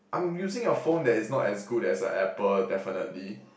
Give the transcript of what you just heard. I'm using a phone that is not as good as an Apple definitely